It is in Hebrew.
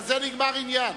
בזה נגמר העניין.